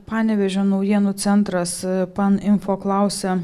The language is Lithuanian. panevėžio naujienų centras paninfo klausia